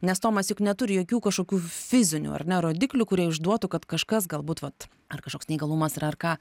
nes tomas juk neturi jokių kažkokių fizinių ar ne rodiklių kurie išduotų kad kažkas galbūt vat ar kažkoks neįgalumas yra ar ką